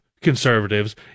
conservatives